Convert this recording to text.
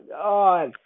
god